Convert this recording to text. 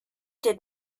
did